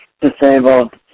disabled